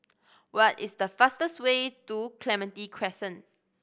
what is the fastest way to Clementi Crescent